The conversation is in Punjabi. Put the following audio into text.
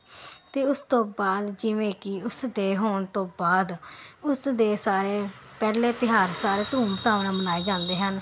ਅਤੇ ਉਸ ਤੋਂ ਬਾਅਦ ਜਿਵੇਂ ਕਿ ਉਸ ਦੇ ਹੋਣ ਤੋਂ ਬਾਅਦ ਉਸ ਦੇ ਸਾਰੇ ਪਹਿਲੇ ਤਿਉਹਾਰ ਸਾਰੇ ਧੂਮ ਧਾਮ ਨਾਲ ਮਨਾਏ ਜਾਂਦੇ ਹਨ